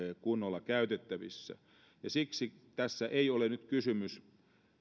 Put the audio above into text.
kunnolla käytettävissä siksi tässä ei ole nyt kysymys